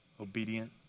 obedient